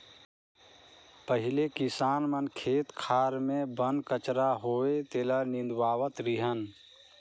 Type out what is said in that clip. पहिले किसान मन खेत खार मे बन कचरा होवे तेला निंदवावत रिहन